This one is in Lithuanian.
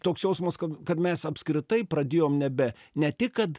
toks jausmas kad mes apskritai pradėjom nebe ne tik kad